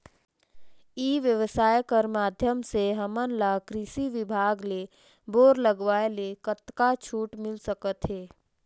ई व्यवसाय कर माध्यम से हमन ला कृषि विभाग ले बोर लगवाए ले कतका छूट मिल सकत हे?